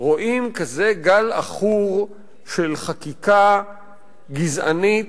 רואים כזה גל עכור של חקיקה גזענית,